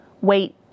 Wait